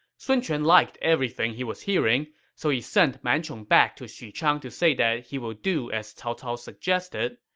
sun quan liked everything he was hearing, so he sent man chong back to xuchang to say that he will do as cao cao suggested.